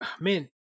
man